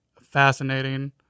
fascinating